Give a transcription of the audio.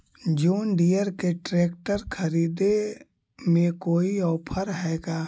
जोन Deere के tractor खरिदे में कोई औफर है का?